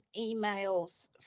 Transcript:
emails